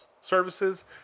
services